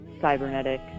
cybernetic